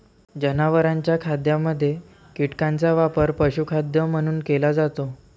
जनावरांच्या खाद्यामध्ये कीटकांचा वापर पशुखाद्य म्हणून केला जातो